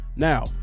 now